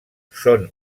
són